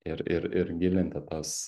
ir ir ir gilinti tas